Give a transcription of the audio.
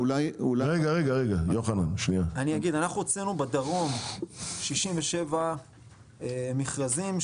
אנחנו הוצאנו בדרום 67 מכרזים,